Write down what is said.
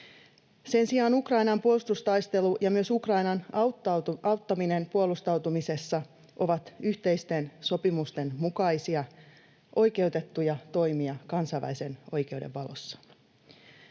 Sen sijaan Ukrainan puolustustaistelu ja myös Ukrainan auttaminen puolustautumisessa ovat yhteisten sopimusten mukaisia oikeutettuja toimia kansainvälisen oikeuden valossa.